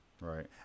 Right